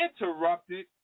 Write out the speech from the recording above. interrupted